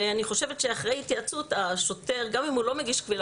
ואני חושבת שאחרי התייעצות גם אם השוטר לא מגיש קבילה